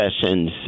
sessions